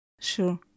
Sure